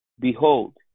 behold